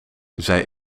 zij